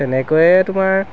তেনেকৈয়ে তোমাৰ